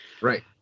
Right